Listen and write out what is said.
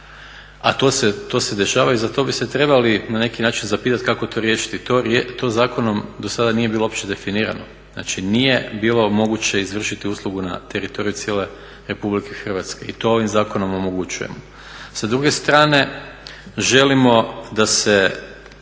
a to se dešava i za to bi se trebali na neki način zapitati kako to riješiti. To zakonom do sada nije bilo uopće definirano. Znači nije bilo moguće izvršiti uslugu na teritoriju cijele Republike Hrvatske i to ovim zakonom omogućujemo. Sa druge strane želimo da se